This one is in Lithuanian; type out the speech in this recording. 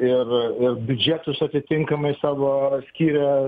ir ir biudžetus atitinkamai savo skyrė